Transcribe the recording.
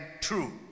true